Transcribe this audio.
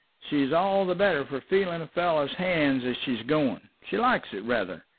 she's all the better for feeling a fellow's hands as she's going. she likes it rather.